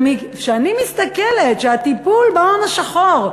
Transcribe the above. כשאני מסתכלת שהטיפול בהון השחור,